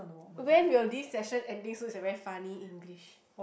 when will this session ending soon is a very funny English